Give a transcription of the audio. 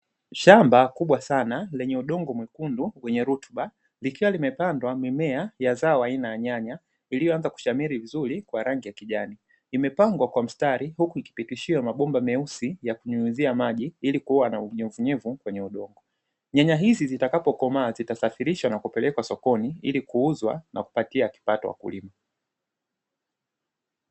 Shamba kubwa sana lenye udongo mwekundu wenye rutuba likiwa limepandwa mimea ya zao aina ya nyanya iliyoanza kushamiri vizuri kwa rangi ya kijani, imepangwa kwa mstari huku ikipitishiwa mabomba meusi ya kunyunyuzia maji ili kuwa na unyevu unyevu kwenye udongo. Nyanya hizo zitakapokomaa zitasafirishwa na kuelekwa sokoni ili kuuzwa na kumpatia kipato wakulima.